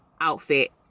outfit